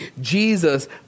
Jesus